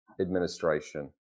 administration